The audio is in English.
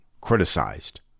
criticized